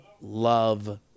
love